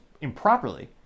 improperly